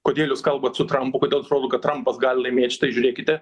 kodėl jūs kalbat su trampu kodėl atrodo kad trampas gali laimėt štai žiūrėkite